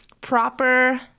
proper